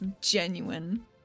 genuine